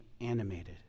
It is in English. animated